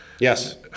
Yes